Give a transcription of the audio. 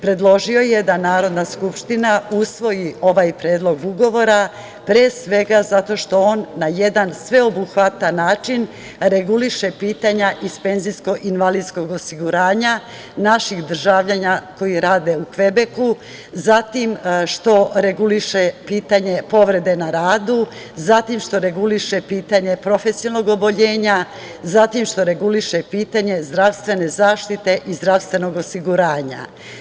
Predložio je da Narodna skupština usvoji ovaj Predlog ugovora pre svega zato što on na jedan sveobuhvatan način reguliše pitanja iz PIO naših državljana koji rade u Kvebeku, zatim što reguliše pitanje povrede na radu, zatim što reguliše pitanje profesionalnog oboljenja, zatim što reguliše pitanje zdravstvene zaštite i zdravstvenog osiguranja.